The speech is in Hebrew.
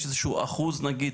יש איזה שהוא אחוז, נניח?